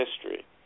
history